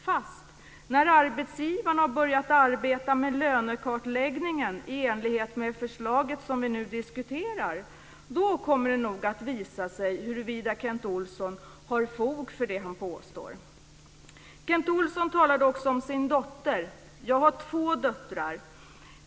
Fast när arbetsgivaren har börjat arbeta med lönekartläggningen i enlighet med det förslag som vi nu diskuterar kommer det nog att visa sig huruvida Kent Olsson har fog för det han påstår. Kent Olsson talade också om sin dotter. Jag har två döttrar.